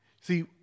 See